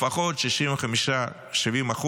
לפחות 65%, 70%,